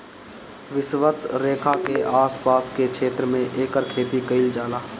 विषवत रेखा के आस पास के क्षेत्र में एकर खेती कईल जाला